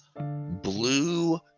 blue